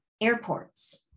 airports